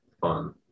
fun